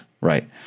Right